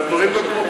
הרי הדברים בפרוטוקול.